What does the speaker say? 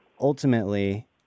ultimately